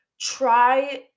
try